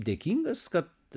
dėkingas kad